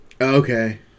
Okay